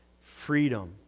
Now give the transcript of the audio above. freedom